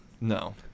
No